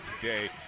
today